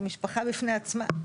כמשפחה בפני עצמה.